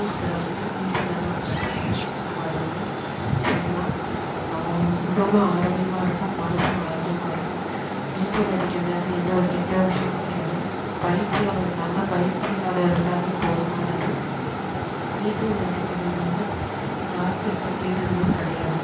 கொடுக்குறவங்கக்கிட்ட நீச்சல் நல்லா கற்றுக்கிட்டு நம்ப அதை வந்து செய்யலாம் நம்ம உடலும் ஆரோக்கியமாக இருக்கும் மனசும் ஆரோக்கியமாக இருக்கும் நீச்சல் அடிக்கிறதுனால எந்த ஒரு கெட்ட விஷயமும் கிடையாது பயிற்சியாளர் நல்ல பயிற்சியாளர் இருந்தாலே போதுமானது நீச்சல் அடிக்கிறதுனால யாருக்கும் எந்த கெடுதலும் கிடையாது